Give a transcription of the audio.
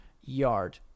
Yard